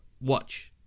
Watch